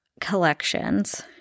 collections